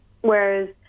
Whereas